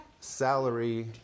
salary